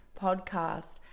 podcast